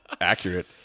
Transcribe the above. accurate